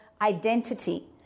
identity